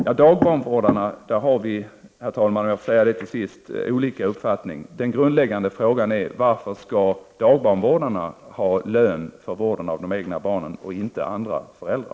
När det gäller dagbarnvårdarna har vi olika uppfattning. Den grundläggande frågan är: Varför skall dagbarnvårdarna ha lön för vården av de egna barnen men inte andra föräldrar?